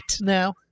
now